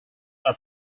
are